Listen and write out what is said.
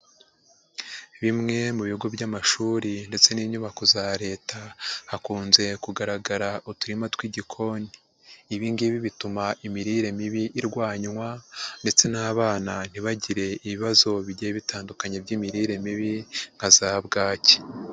Bimwe mu bigo by'amashuri ndetse n'inyubako za leta, hakunze kugaragara uturima tw'igikoni. Ibi ngibi bituma imirire mibi irwanywa ndetse n'abana ntibagire ibibazo bigiye bitandukanye by'imirire mibi nka za Bwaki.